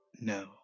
No